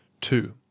two